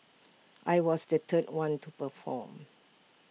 I was the third one to perform